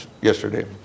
yesterday